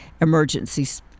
emergencies